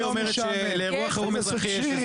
במלים אחרות,